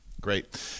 Great